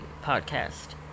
podcast